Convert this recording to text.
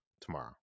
tomorrow